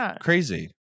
crazy